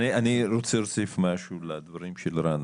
אני רוצה להוסיף משהו לדברים של רן.